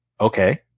okay